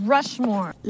Rushmore